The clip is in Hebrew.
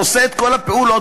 עושה את כל הפעולות,